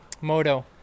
moto